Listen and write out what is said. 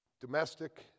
domestic